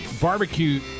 barbecue